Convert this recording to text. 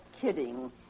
kidding